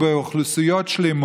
רציתי לברך את השר,